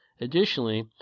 additionally